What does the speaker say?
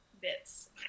bits